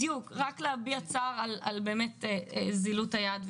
להביע צער על אוזלת היד.